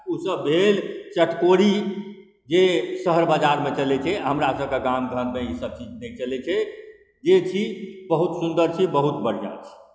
ओसब भेल चटकोरी जे शहर बजारमे चलै छै हमरा सबके गाम घरमे ई सब चीज नहि चलै छै जे छी बहुत सुन्दर छी बहुत बढ़िआँ छी